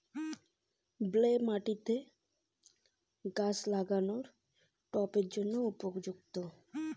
কোন প্রকার মাটি টবে গাছ লাগানোর জন্য উপযুক্ত?